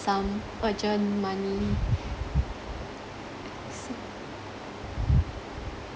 some urgent money